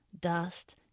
dust